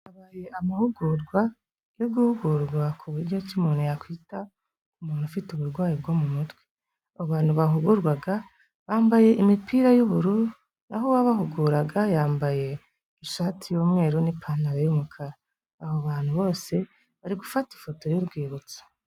Habaye amahugurwa yo guhugurwa ku buryo ki umuntu yakwita k'umuntu ufite uburwayi bwo mu mutwe, abantu bahugurwaga bambaye imipira y'ubururu, aho uwabahuguraga yambaye ishati y'umweru n'ipantaro y'umukara, abo bantu bose bari gufata ifoto y'urwibutso.